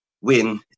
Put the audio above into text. win